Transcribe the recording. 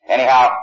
Anyhow